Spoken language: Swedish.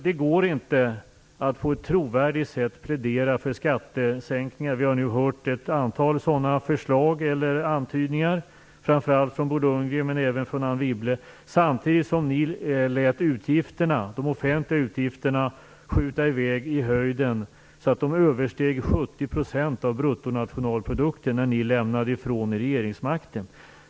Det går inte att på ett trovärdigt sätt plädera för skattesänkningar - vi har nu hört ett antal sådana förslag eller antydningar, framför allt från Bo Lundgren men även från Anne Wibble - när man var med om att låta de offentliga utgifterna skjuta i höjden så att de översteg 70 % av bruttonationalprodukten när de borgerliga partierna lämnade ifrån sig regeringsmakten.